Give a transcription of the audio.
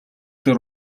дээр